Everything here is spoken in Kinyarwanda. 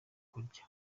kurya